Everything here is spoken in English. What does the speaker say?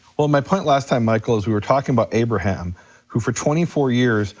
well, my point last time, michael, is we were talking about abraham who, for twenty four years,